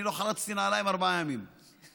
אני לא חלצתי נעליים ארבעה ימים,